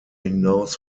hinaus